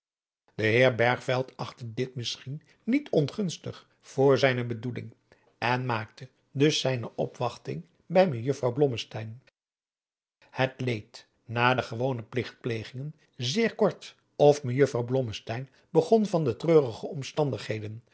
de heer bergveld achtte dit misschien niet ongunstig voor zijne bedoeling en maakte dus zijne opwachting bij mejuffrouw blommesteyn het leed na de gewone pligtplegingen zeer kort of mejuffrouw blommesteyn begon van de treurige omstandigheden